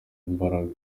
imbaraga